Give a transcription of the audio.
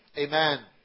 Amen